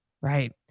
Right